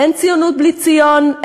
אין ציונות בלי ציון,